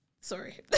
Sorry